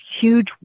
huge